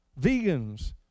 vegans